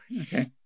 Okay